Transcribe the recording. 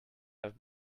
have